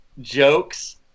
jokes